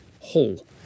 whole